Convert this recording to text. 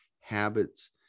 habits